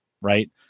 right